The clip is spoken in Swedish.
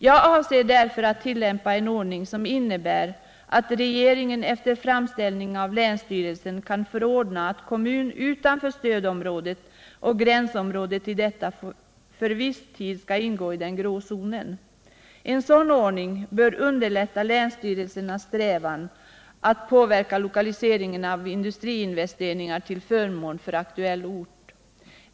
Jag avser därför att tillämpa en ordning, som innebär att regeringen efter framställning av länsstyrelse kan förordna att kommun utanför stödområdet och gränsområdet till detta för viss tid skall ingå i den grå zonen. En sådan ordning bör underlätta länsstyrelsernas strävanden att påverka lokaliseringen av industriinvesteringar till förmån för aktuell ort.